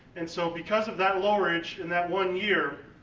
and so, because of that lowerage in that one year,